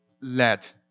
Let